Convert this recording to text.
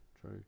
True